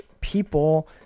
people